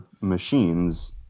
machines